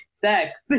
sex